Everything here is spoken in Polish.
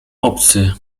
obcy